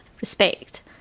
respect